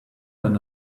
than